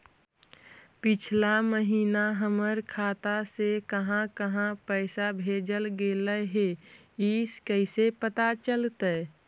पिछला महिना हमर खाता से काहां काहां पैसा भेजल गेले हे इ कैसे पता चलतै?